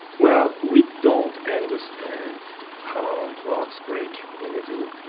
well, we don't understand how rocks break when they do,